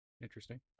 Interesting